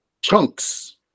chunks